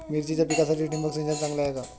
मिरचीच्या पिकासाठी ठिबक सिंचन चांगले आहे का?